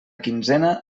quinzena